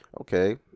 okay